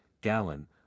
gallon